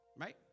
right